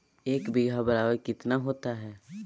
एक बीघा बराबर कितना होता है?